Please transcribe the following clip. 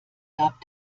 gab